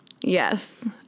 Yes